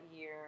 year